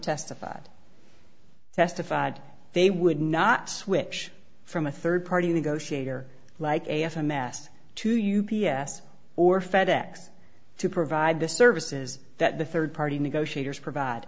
testified testified they would not switch from a third party negotiator like a f a mast to u p s or fed ex to provide the services that the third party negotiators provide